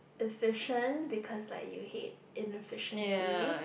efficient because like you hate inefficiency